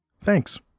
Thanks